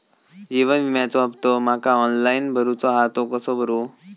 जीवन विम्याचो हफ्तो माका ऑनलाइन भरूचो हा तो कसो भरू?